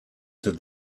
said